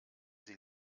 sie